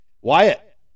Wyatt